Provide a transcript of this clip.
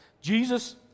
jesus